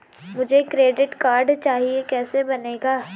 मुझे credit card चाहिए कैसे बनेगा?